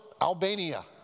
Albania